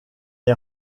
est